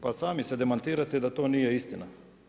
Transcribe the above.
Pa sami se demantirate da to nije istina.